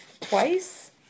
Twice